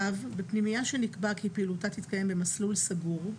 בפנימייה שנקבע כי פעילותה תתקיים במסלול סגור,